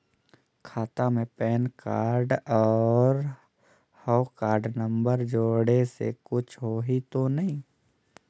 खाता मे PAN card और हव कारड नंबर जोड़े से कुछ होही तो नइ?